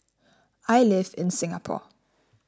I live in Singapore